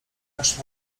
też